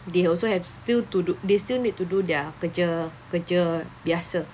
they also have still to do they still need to do their kerja kerja biasa